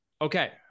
okay